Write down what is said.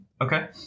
Okay